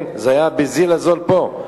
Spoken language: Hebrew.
זה היה בזיל הזול פה,